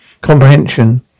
Comprehension